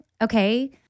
okay